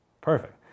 Perfect